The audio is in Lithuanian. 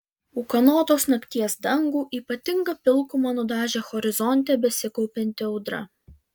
ūkanotos nakties dangų ypatinga pilkuma nudažė horizonte besikaupianti audra